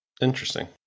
Interesting